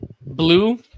blue